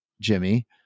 Jimmy